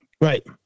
Right